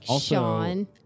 Sean